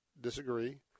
disagree